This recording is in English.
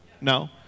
No